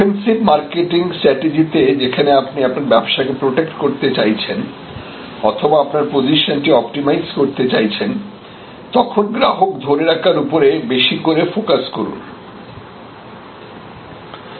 defensive marketing strategy তে যেখানে আপনি ব্যবসাকে প্রোটেক্ট করতে চাইছেন অথবা আপনার পজিশন টি অপটিমাইজ করতে চাইছেন তখন গ্রাহক ধরে রাখার উপরে বেশি করে ফোকাস রাখুন